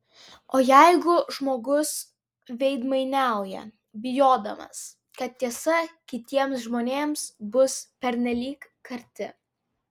o jeigu žmogus veidmainiauja bijodamas kad tiesa kitiems žmonėms bus pernelyg karti